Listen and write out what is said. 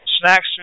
snacks